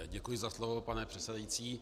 Děkuji za slovo, pane předsedající.